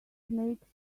makes